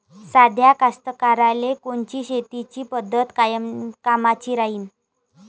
साध्या कास्तकाराइले कोनची शेतीची पद्धत कामाची राहीन?